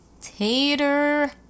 tater